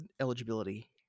eligibility